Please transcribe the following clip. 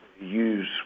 use